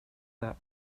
that